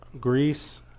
Greece